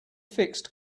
fixed